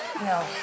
No